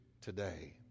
today